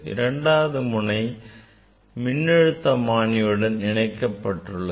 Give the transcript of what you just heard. இரண்டாவது முனை மின்னழுத்தமானியுடன் இணைக்கப்பட்டுள்ளது